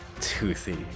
toothy